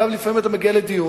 אגב, לפעמים אתה מגיע לדיון,